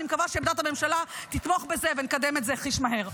אני מקווה שהממשלה תתמוך בזה ונקדם את זה חיש מהר.